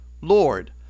Lord